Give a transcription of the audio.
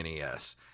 NES